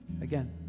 Again